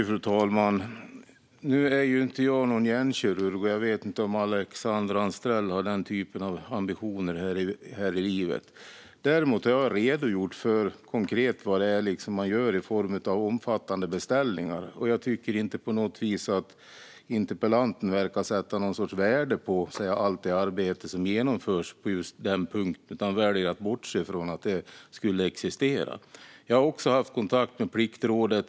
Fru talman! Nu är ju inte jag någon hjärnkirurg, och jag vet inte om Alexandra Anstrell har den typen av ambitioner här i livet. Däremot har jag redogjort för vad man konkret gör i form av omfattande beställningar, och jag tycker inte att interpellanten på något vis verkar sätta någon sorts värde på allt det arbete som genomförs på denna punkt. Hon väljer att bortse från att det skulle existera. Jag har också haft kontakt med Pliktrådet.